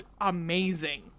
amazing